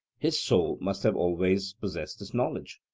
his soul must have always possessed this knowledge,